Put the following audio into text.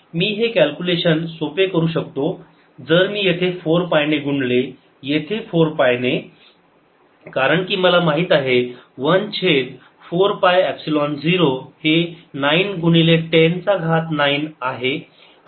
मी हे कॅल्क्युलेशन सोपे करू शकतो जर मी येथे 4 पाय ने गुणले येथे 4 पाय ने कारण की मला माहित आहे 1 छेद 4 पाय एपसिलोन 0 हे 9 गुणिले 10 चा घात 9 आहे